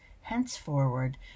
henceforward